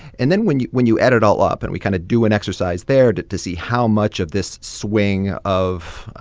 and then when you when you add it all up and we kind of do an exercise there to to see how much of this swing of,